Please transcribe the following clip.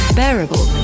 bearable